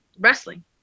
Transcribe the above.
wrestling